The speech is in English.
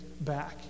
back